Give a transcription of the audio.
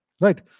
Right